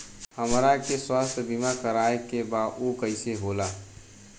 हमरा के स्वास्थ्य बीमा कराए के बा उ कईसे होला?